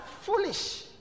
Foolish